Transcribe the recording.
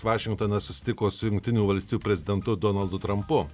vašingtone susitiko su jungtinių valstijų prezidentu donaldu trampu